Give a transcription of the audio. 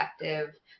effective